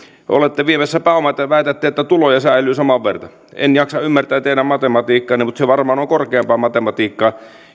olette viemässä pääomat ja väitätte että tuloja säilyy saman verran en jaksa ymmärtää teidän matematiikkaanne mutta se varmaan on korkeampaa matematiikkaa